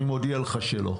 אני מודיע לך שלא.